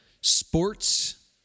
Sports